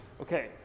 okay